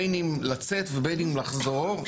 בין אם לצאת ובין אם לחזור.